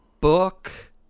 book